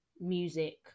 music